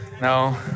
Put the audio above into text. no